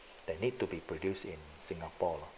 that need to be produced in singapore lah